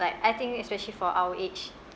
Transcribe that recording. like I think especially for our age